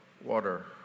water